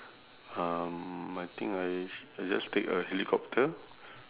um I think I I just take a helicopter